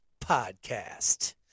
podcast